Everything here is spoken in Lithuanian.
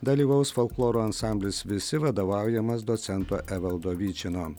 dalyvaus folkloro ansamblis visi vadovaujamas docento evaldo vyčino